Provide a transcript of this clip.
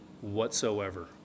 whatsoever